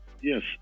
Yes